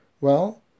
Well